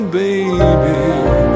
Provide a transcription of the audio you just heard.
baby